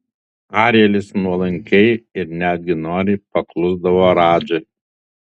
arielis nuolankiai ir netgi noriai paklusdavo radžai